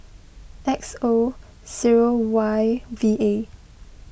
X O zero Y V A